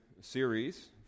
series